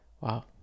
wow